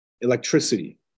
electricity